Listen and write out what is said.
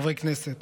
חברי כנסת,